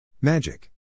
Magic